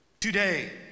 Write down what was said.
today